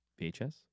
VHS